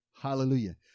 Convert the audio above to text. Hallelujah